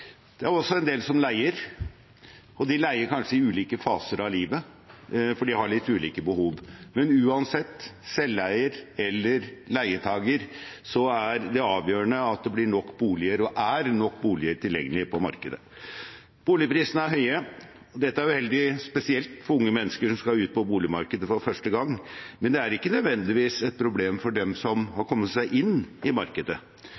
Det er også en del som leier, og de leier kanskje i ulike faser av livet fordi de har litt ulike behov, men uansett om man er selveier eller leietaker, er det avgjørende at det blir nok boliger og er nok boliger tilgjengelig på markedet. Boligprisene er høye. Dette er uheldig, spesielt for unge mennesker som skal ut på boligmarkedet for første gang, men det er ikke nødvendigvis et problem for dem som har kommet seg inn i markedet.